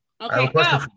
Okay